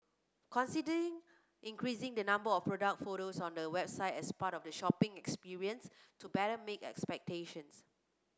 consider increasing the number of product photos on your website as part of the shopping experience to better meet expectations